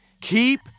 Keep